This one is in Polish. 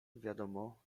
wiadomo